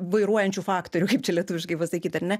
vairuojančių faktorių kaip čia lietuviškai pasakyt ar ne